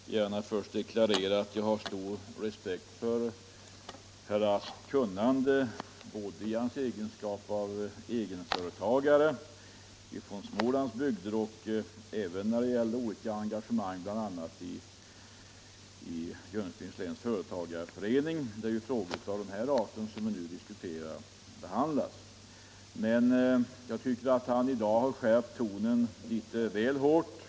Herr talman! Jag vill gärna först deklarera att jag har stor respekt för herr Rasks kunnande både i hans egenskap uv egenföretagare och niär det gäller hans olika engagemang. bl.a. i Jönköpings läns företagare förening, där frågor av den art som vi nu diskuterar behandias. Men Nr 126 jag tycker att han i dag skärpt tonen Iitet väl hårt.